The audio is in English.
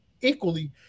Equally